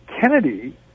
Kennedy